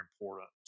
important